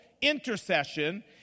intercession